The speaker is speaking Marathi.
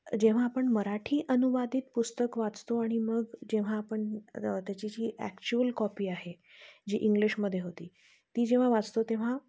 जेव्हा आपण मराठी अनुवादित पुस्तक वाचतो आणि मग जेव्हा आपण त्याची जी ॲक्चुअल कॉपी आहे जी इंग्लिशमध्ये होती ती जेव्हा वाचतो तेव्हा